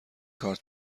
کارت